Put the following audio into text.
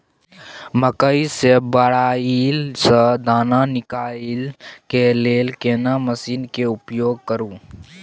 मकई के बाईल स दाना निकालय के लेल केना मसीन के उपयोग करू?